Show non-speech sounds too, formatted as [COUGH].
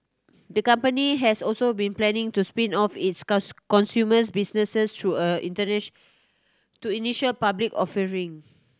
the company has also been planning to spin off its [UNINTELLIGIBLE] consumer's businesses through a [UNINTELLIGIBLE] to initial public offering